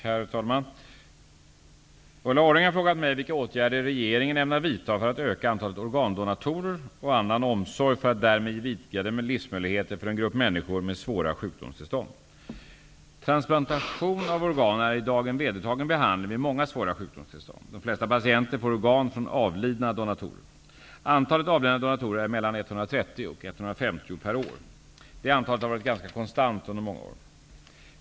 Herr talman! Ulla Orring har frågat mig vilka åtgärder regeringen ämnar vidta för att öka antalet organdonatorer och annan omsorg för att därmed ge vidgade livsmöjligheter för en grupp människor med svåra sjukdomstillstånd. Transplantation av organ är i dag en vedertagen behandling vid många svåra sjukdomstillstånd. De flesta patienter får organ från avlidna donatorer. Antalet avlidna donatorer är mellan 130--150 per år. Det antalet har varit ganska konstant under många år.